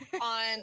on